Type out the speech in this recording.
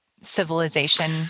civilization